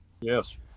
Yes